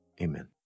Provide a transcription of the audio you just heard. Amen